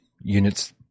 units